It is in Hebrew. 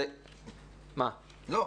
לא,